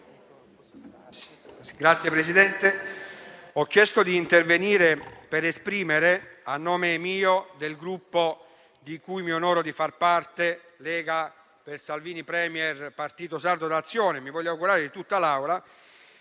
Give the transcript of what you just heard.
Signor Presidente, ho chiesto di intervenire per esprimere, a nome mio, del Gruppo di cui mi onoro di far parte Lega-Salvini Premier-Partito Sardo d'Azione e - mi voglio augurare - di tutta l'Aula,